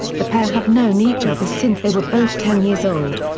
the pair have known each other since they were both ten years old.